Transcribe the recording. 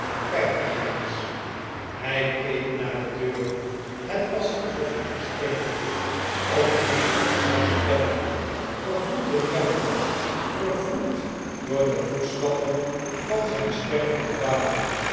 kijk maar eens hij keek naar de deur het was alsof hij versteende op dien onheilspellenden vervloekten drempel vervloekt door de voetstappen van zijn stervenden vader